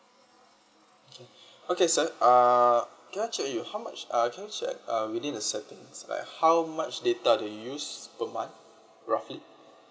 okay okay sir err can I check with you how much uh can I check uh like how much data do you use per month roughly